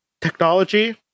technology